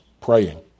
praying